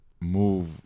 move